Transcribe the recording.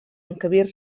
encabir